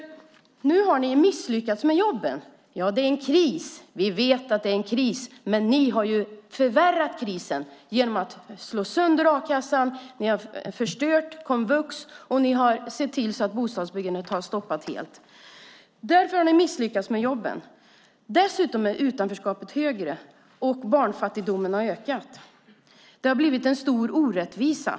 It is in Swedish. Ni har misslyckats med jobben. Vi vet att det är en kris, men ni har förvärrat krisen genom att slå sönder a-kassan, förstöra komvux och se till att bostadsbyggandet har stoppat helt. Utanförskapet är större och barnfattigdomen har ökat. Det har blivit en stor orättvisa.